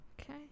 okay